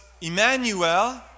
Emmanuel